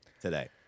today